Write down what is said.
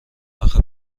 اخه